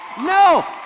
No